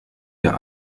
der